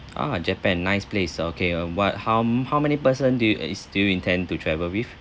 ah japan nice place okay uh what how m~ how many person do you is do you intend to travel with